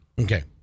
Okay